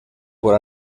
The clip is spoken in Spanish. por